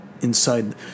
inside